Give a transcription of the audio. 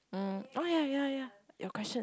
um oh ya ya ya your question